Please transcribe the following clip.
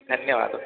धन्यवादः